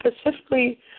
specifically